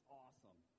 awesome